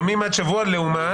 ימים עד שבוע לעומת?